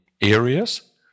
areas